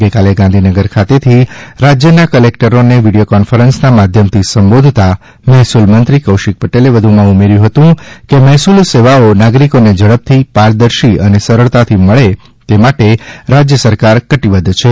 ગઇકાલે ગાંધીનગર ખાતેથી રાજ્યના કલેક્ટરોને વીડિયો કોન્ફરન્સના માધ્યમથી સંબોધતા મહેસૂલમંત્રી કૌશિક પટેલે વધુમાં ઉમેર્યું હતું કે મહેસૂલ સેવાઓ નાગરિકોને ઝડપથી પારદર્શી અને સરળતાથી મળે તે માટે રાજ્ય સરકાર કટિબદ્ધ છે